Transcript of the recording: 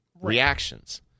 reactions